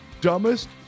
dumbest